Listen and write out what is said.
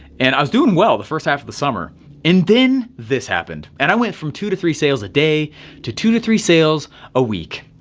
and i was doing well the first half of the summer and then this happened, and i went from two to three sales day to two to three sales a week.